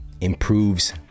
improves